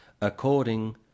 According